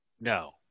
no